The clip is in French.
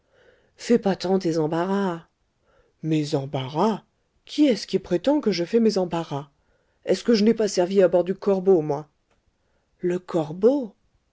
fais pas tant tes embarras mes embarras qui est-ce qui prétend que je fais mes embarras est-ce que je n'ai pas servi à bord du corbeau moi le corbeau